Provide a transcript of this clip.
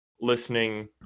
listening